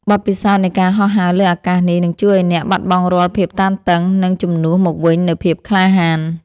បទពិសោធន៍នៃការហោះហើរលើអាកាសនេះ នឹងជួយឱ្យអ្នកបាត់បង់រាល់ភាពតានតឹង និងជំនួសមកវិញនូវភាពក្លាហាន។